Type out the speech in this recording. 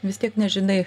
vis tiek nežinai